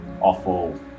awful